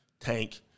tank